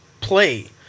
play